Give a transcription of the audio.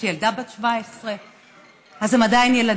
יש לי ילדה בת 17. אז הם עדיין ילדים.